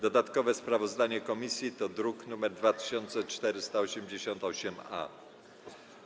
Dodatkowe sprawozdanie komisji to druk nr 2488-A.